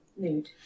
Nude